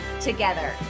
together